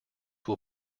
will